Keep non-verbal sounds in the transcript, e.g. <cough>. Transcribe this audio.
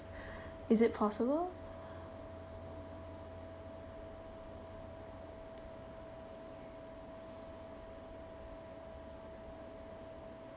<breath> is it possible